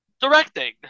directing